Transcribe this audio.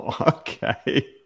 okay